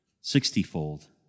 sixtyfold